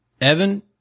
Evan